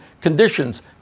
conditions